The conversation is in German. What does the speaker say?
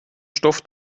stoff